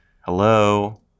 Hello